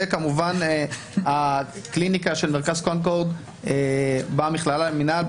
וכמובן הקליניקה של מרכז קונקורד במכללה למינהל,